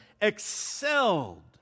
excelled